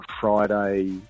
Friday